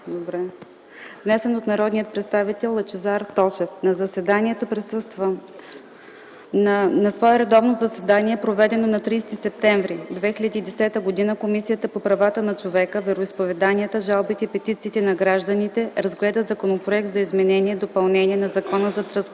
от народния представител Лъчезар Тошев На свое редовно заседание, проведено на 30 септември 2010 г., Комисията по правата на човека, вероизповеданията, жалбите и петициите на гражданите разгледа Законопроект за изменение и допълнение на Закона за трансплантация